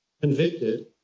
convicted